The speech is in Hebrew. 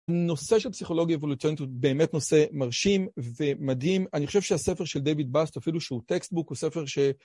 נושא של פסיכולוגיה אבולוציונית הוא באמת נושא מרשים ומדהים. אני חושב שהספר של דייויד באס, אפילו שהוא טקסטבוק, הוא ספר ש...